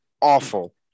awful